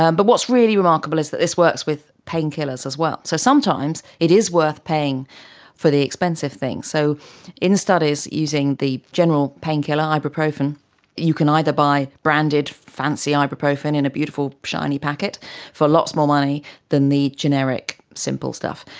um but what's really remarkable is that this works with painkillers as well. so sometimes it is worth paying for the expensive things. so in studies using the general painkiller ibuprofen you can either either buy branded fancy ibuprofen in a beautiful shiny packet for lots more money than the generic simple stuff,